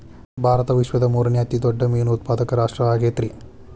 ಭಾರತ ವಿಶ್ವದ ಮೂರನೇ ಅತಿ ದೊಡ್ಡ ಮೇನು ಉತ್ಪಾದಕ ರಾಷ್ಟ್ರ ಆಗೈತ್ರಿ